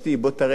"בוא תראה לי",